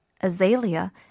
azalea